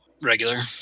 regular